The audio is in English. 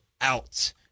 out